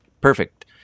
Perfect